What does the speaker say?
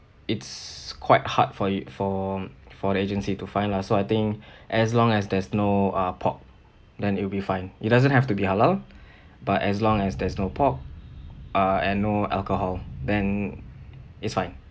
it's quite hard for you for for the agency to find lah so I think as long as there's no uh pork then it'll be fine it doesn't have to be halal but as long as there's no pork uh and no alcohol then it's fine